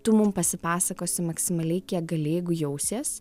tu mum pasipasakosi maksimaliai kiek gali jeigu jausies